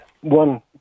one